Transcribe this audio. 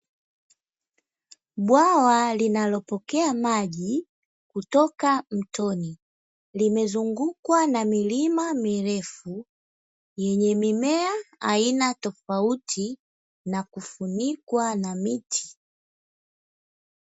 Bwawa linalopokea maji kutoka mtoni limezungukwa na milima mrefu yenye mimea aina tofauti na kufunikwa na miti.